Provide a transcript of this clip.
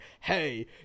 hey